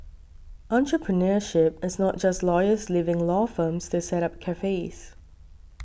entrepreneurship is not just lawyers leaving law firms to set up cafes